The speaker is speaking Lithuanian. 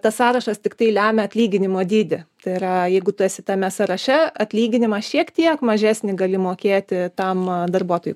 tas sąrašas tiktai lemia atlyginimo dydį tai yra jeigu tu esi tame sąraše atlyginimą šiek tiek mažesnį gali mokėti tam a darbuotojui